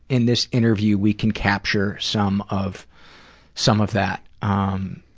in this interview, we can capture some of some of that. ah um